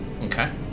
Okay